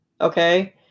Okay